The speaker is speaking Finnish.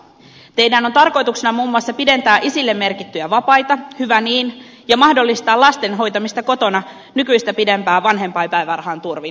teidän tarkoituksenanne on muun muassa pidentää isille merkittyjä vapaita hyvä niin ja mahdollistaa lasten hoitaminen kotona nykyistä pidempään vanhempainpäivärahan turvin